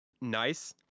Nice